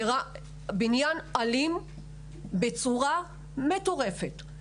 זה בניין אלים בצורה מטורפת.